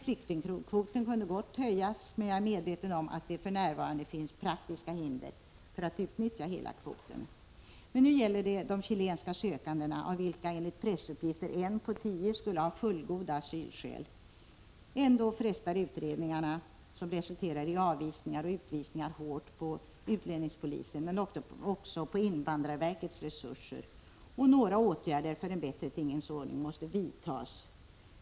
Flyktingkvoten kunde gott höjas, men jag är medveten om att det för närvarande finns praktiska hinder för att utnyttja hela kvoten. Nu gäller det de chilenska sökandena, av vilka enligt pressuppgifter en på tio skulle ha fullgoda asylskäl. Ändå frestar utredningarna, som resulterar i avvisningar och utvisningar, hårt på utlänningspolisens samt också på invandrarverkets resurser. Åtgärder för en bättre tingens ordning måste vidtas.